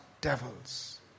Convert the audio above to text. devils